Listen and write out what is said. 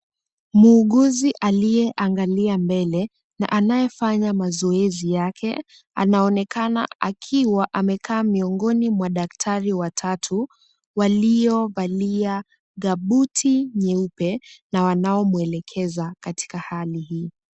Muuguzi aliyeangalia mbele na anayefanya mazoezi yake, anaonekana akiwa amekaa miongoni mwa daktari watatu, waliovalia gambuti nyeupe na wanaomwelekeza katika hali hii.